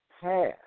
past